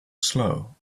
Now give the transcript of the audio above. slow